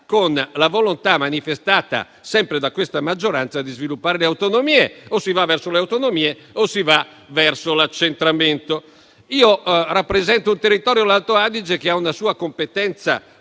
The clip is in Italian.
con la volontà manifestata sempre da questa maggioranza di sviluppare le autonomie: o si va verso le autonomie o si va verso l'accentramento. Io rappresento un territorio, l'Alto Adige, che ha una sua competenza